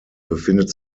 befindet